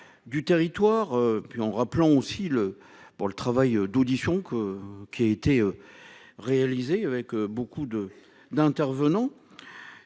Du territoire puis en rappelant aussi le pour le travail d'auditions que qui a été. Réalisé avec beaucoup de d'intervenants.